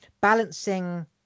balancing